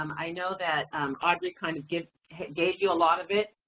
um i know that audrey kind of gave gave you a lot of it.